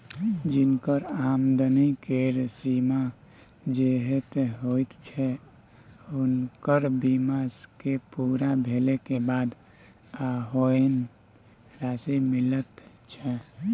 जिनकर आमदनी केर सीमा जेहेन होइत छै हुनकर बीमा के पूरा भेले के बाद ओहेन राशि मिलैत छै